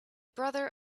brother